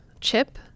chip